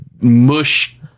mush